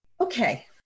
Okay